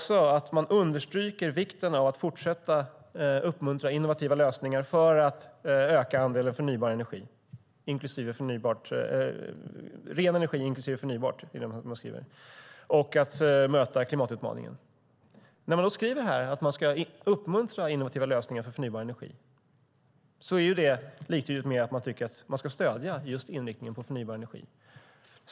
Här står att man understryker vikten av att fortsätta uppmuntra innovativa lösningar för att öka andelen ren energi, inklusive förnybart, och för att möta klimatutmaningen. När man skriver att man ska uppmuntra innovativa lösningar för förnybar energi är det liktydigt med att man tycker att man ska stödja inriktningen på förnybar energi.